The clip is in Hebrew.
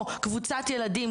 או קבוצת ילדים,